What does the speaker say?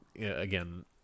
again